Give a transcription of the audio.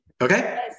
okay